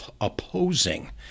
opposing